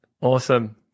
Awesome